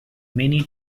many